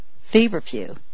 feverfew